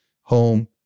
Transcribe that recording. home